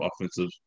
offensive